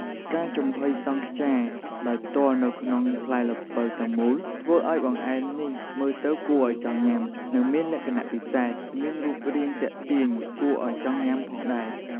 ការចំហុយសង់ខ្យាដោយផ្ទាល់នៅក្នុងផ្លែល្ពៅទាំងមូល ធ្វើឲ្យបង្អែមនេះមើលទៅគួរឲ្យចង់ញ៉ាំ និងមានលក្ខណៈពិសេស មានរូបរាងទាក់ទាញគួរអោយចង់ញុាំផងដែរ។